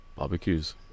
barbecues